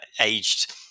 aged